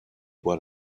what